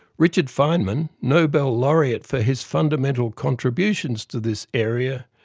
richard feynman, nobel laureate for his fundamental contributions to this area,